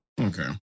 okay